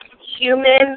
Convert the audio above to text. human